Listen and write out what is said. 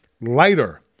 lighter